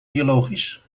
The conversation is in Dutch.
biologisch